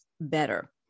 better